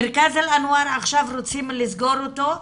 מרכז אל אנואר, עכשיו רוצים לסגור אותו.